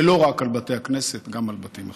ולא רק על בתי הכנסת, גם על בתים אחרים.